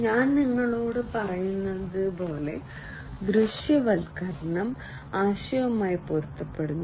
ഞാൻ നിങ്ങളോട് പറയുന്നതുപോലെ ദൃശ്യവൽക്കരണം ആശയവുമായി പൊരുത്തപ്പെടുന്നു